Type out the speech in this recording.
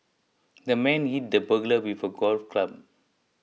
the man hit the burglar with a golf club